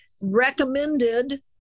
recommended